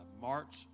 March